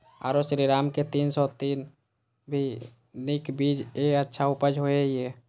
आरो श्रीराम के तीन सौ तीन भी नीक बीज ये अच्छा उपज होय इय?